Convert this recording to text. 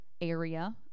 area